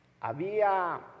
Había